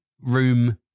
room